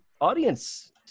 audience